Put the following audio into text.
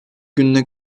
gününe